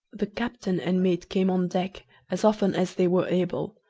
the captain and mate came on deck as often as they were able,